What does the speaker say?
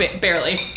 Barely